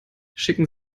schicken